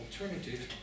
alternative